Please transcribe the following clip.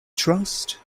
trust